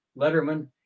Letterman